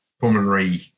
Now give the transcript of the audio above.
pulmonary